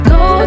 go